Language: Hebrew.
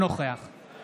נוכח